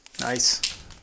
nice